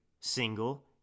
single